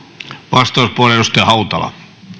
arvoisa herra puhemies